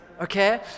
Okay